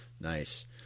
Nice